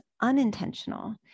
unintentional